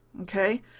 Okay